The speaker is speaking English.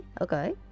Okay